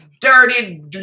dirty